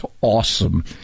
awesome